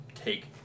take